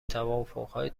توافقهای